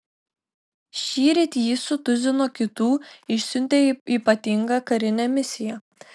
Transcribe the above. šįryt jį su tuzinu kitų išsiuntė į ypatingą karinę misiją